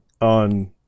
on